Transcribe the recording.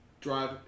drive